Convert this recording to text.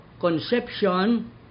conception